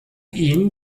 ihn